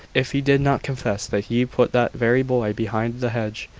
if he did not confess that he put that very boy behind the hedge,